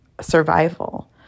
survival